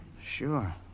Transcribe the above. Sure